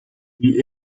die